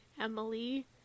emily